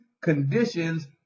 conditions